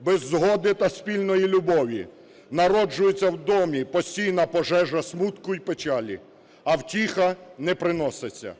"Без згоди та спільної любові народжується в домі постійна пожежа смутку і печалі, а втіха не приноситься".